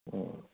ಹ್ಞೂ